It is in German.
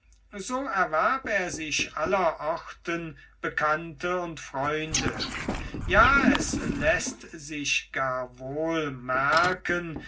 so erwarb er sich allerorten bekannte und freunde ja es läßt sich gar wohl merken